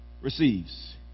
receives